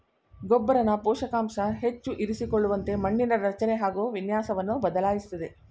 ಗೊಬ್ಬರನ ಪೋಷಕಾಂಶ ಹೆಚ್ಚು ಇರಿಸಿಕೊಳ್ಳುವಂತೆ ಮಣ್ಣಿನ ರಚನೆ ಹಾಗು ವಿನ್ಯಾಸವನ್ನು ಬದಲಾಯಿಸ್ತದೆ